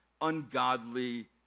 ungodly